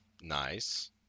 nice